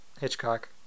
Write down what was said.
Hitchcock